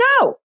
No